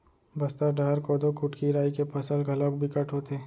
बस्तर डहर कोदो, कुटकी, राई के फसल घलोक बिकट होथे